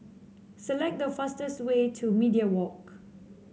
select the fastest way to Media Walk